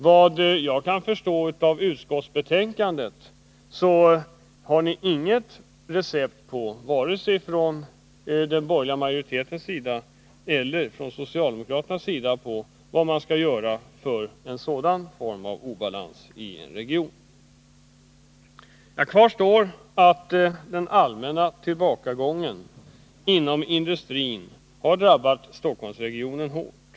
Såvitt jag kan utläsa i utskottsbetänkandet har varken den borgerliga majoriteten eller socialdemokraterna något recept på vad man skall göra åt denna form av obalans i vår region. Kvar står att den allmänna tillbakagången inom industrin har drabbat Stockholmsregionen hårt.